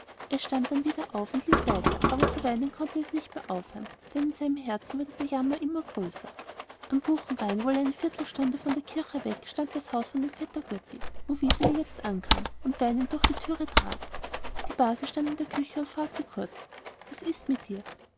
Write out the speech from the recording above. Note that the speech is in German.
es stand dann wieder auf und lief weiter aber zu weinen konnte es nicht mehr aufhören denn in seinem herzen wurde der jammer immer größer am buchenrain wohl eine viertelstunde von der kirche weg stand das haus von dem vetter götti wo wiseli jetzt eben ankam und weinend unter die tür trat die base stand in der küche und fragte kurz was ist mit dir